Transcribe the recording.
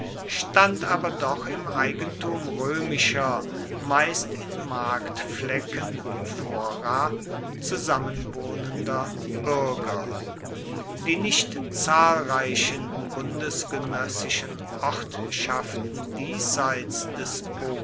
stand aber doch im eigentum römischer meist in marktflecken fora zusammenwohnender bürger die nicht zahlreichen bundesgenössischen ortschaften diesseits des